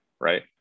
right